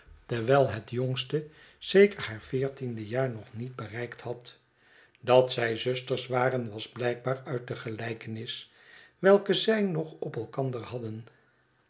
terwijl het jongste zeker haar veertiende jaar nog niet bereikt had dat zij zusters waren was blykbaar uit de gelijkenis welke zij nog op elkander hadden